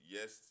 Yes